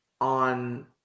on